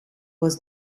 was